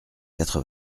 quatre